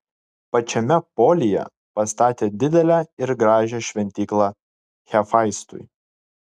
pačiame polyje pastatė didelę ir gražią šventyklą hefaistui